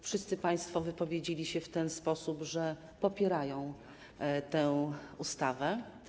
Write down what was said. Wszyscy państwo wypowiedzieli się w ten sposób, że popierają tę ustawę.